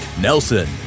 Nelson